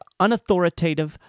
unauthoritative